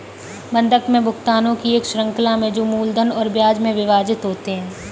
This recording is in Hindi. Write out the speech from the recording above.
बंधक में भुगतानों की एक श्रृंखला में जो मूलधन और ब्याज में विभाजित होते है